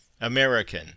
American